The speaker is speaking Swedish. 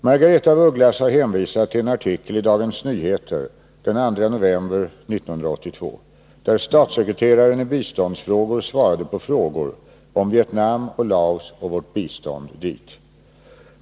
Margaretha af Ugglas har hänvisat till en artikel i Dagens Nyheter den 2 november 1982 där statssekreteraren i biståndsfrågor svarade på frågor om Vietnam och Laos och vårt bistånd dit.